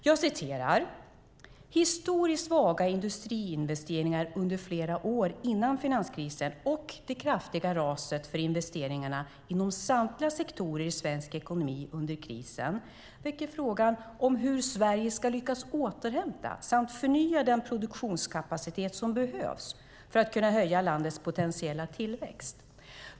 Jag citerar: "Historiskt svaga industriinvesteringar under flera år innan finanskrisen och det kraftiga raset för investeringarna inom samtliga sektorer i svensk ekonomi under krisen, väcker frågan om hur Sverige ska lyckas återhämta samt förnya den produktionskapacitet som behövs för att kunna höja landets potentiella tillväxt.